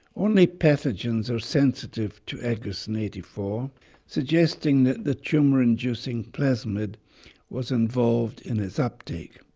only pathogens are sensitive to agrocin eighty four suggesting that the tumour inducing plasmid was involved in its uptake.